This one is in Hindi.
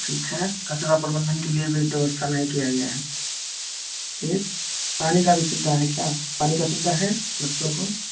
ठीक है कचरा प्रबंधन के लिए भी व्यवस्था नहीं किया गया है ठीक पानी की भी सुविधा है क्या पानी की सुविधा है बच्चों को